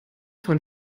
von